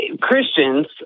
Christians